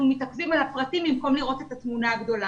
מתעכבים על הפרטים במקום לראות את התמונה הגדולה